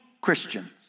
Christians